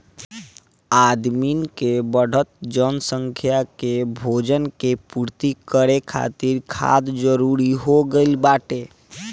आदमिन के बढ़त जनसंख्या के भोजन के पूर्ति करे खातिर खाद जरूरी हो गइल बाटे